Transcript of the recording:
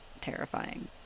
terrifying